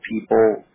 people